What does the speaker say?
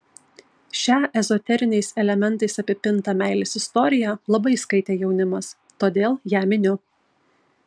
šią ezoteriniais elementais apipintą meilės istoriją labai skaitė jaunimas todėl ją miniu